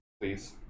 please